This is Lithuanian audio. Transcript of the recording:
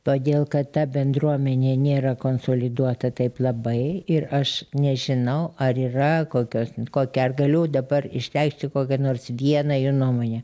todėl kad ta bendruomenė nėra konsoliduota taip labai ir aš nežinau ar yra kokios kokia ar galiu dabar išreikšti kokią nors vieną jų nuomonę